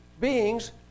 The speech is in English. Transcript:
beings